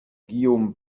guillaume